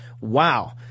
Wow